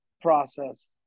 process